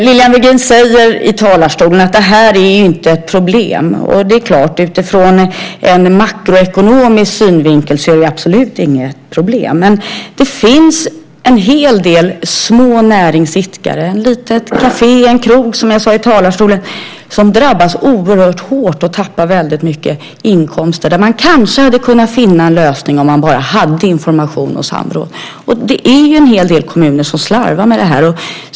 Lilian Virgin säger i talarstolen att det inte är ett problem. Utifrån en makroekonomisk synvinkel är det absolut inte något problem. Men det finns en hel del små näringsidkare som berörs. Det kan vara ett litet kafé eller en krog, som jag nämnde i talarstolen, som drabbas oerhört hört och tappar väldigt mycket inkomster. Där hade man kanske kunnat finna en lösning om man bara hade information och samråd. Det är en hel del kommuner som slarvar med det.